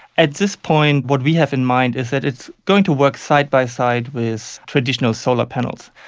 at this point what we have in mind is that it's going to work side by side with traditional solar panels.